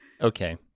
Okay